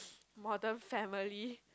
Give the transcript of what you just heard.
modern family